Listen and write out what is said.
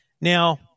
Now-